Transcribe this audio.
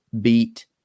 beat